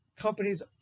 companies